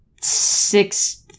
six